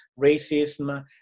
racism